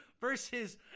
Versus